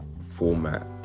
format